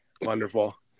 wonderful